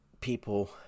people